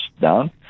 down